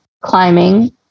climbing